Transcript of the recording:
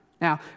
Now